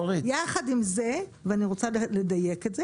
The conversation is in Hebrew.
יחד עם זה, ואני רוצה לדייק את זה